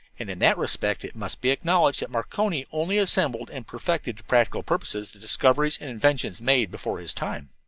and in that respect it must be acknowledged that marconi only assembled and perfected to practicable purposes the discoveries and inventions made before his time.